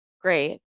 Great